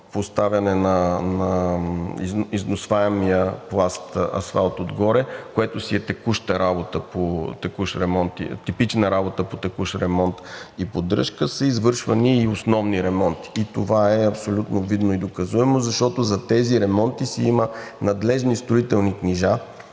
поставяне на износваемия пласт асфалт отгоре, което си е текуща работа по текущ ремонт, типична работа по текущ ремонт и поддръжка, са извършвани и основни ремонти. Това е абсолютно видно и доказуемо, защото за тези ремонти си има надлежни строителни книжа,